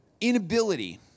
inability